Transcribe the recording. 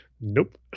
Nope